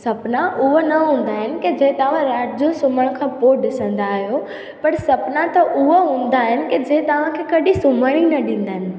सुपिना उहा न हूंदा आहिनि की जंहिं तव्हां राति जो सुम्हण खां पोइ ॾिसंदा आहियो पर सुपिना त उहा हूंदा आहिनि की जंहिं तव्हां खे कॾी सुम्हण ई न ॾींदा आहिनि